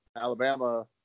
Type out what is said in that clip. Alabama